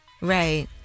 Right